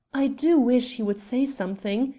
i do wish he would say something.